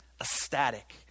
ecstatic